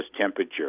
temperature